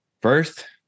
First